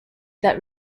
that